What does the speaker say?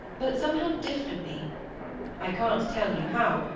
but somehow differently i can't tell you how,